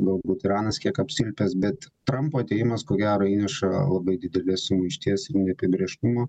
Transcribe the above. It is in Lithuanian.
galbūt iranas kiek apsilpęs bet trampo atėjimas ko gero įneša labai didelės sumaišties ir neapibrėžtumo